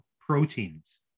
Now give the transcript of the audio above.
proteins